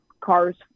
cars